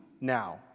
now